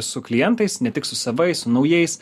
su klientais ne tik su savais su naujais